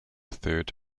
third